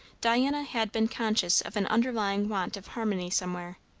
diana had been conscious of an underlying want of harmony somewhere.